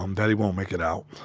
um that he won't make it out.